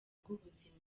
rw’ubuzima